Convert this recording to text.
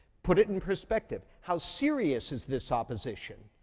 put it in perspective. how serious is this opposition,